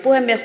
puhemies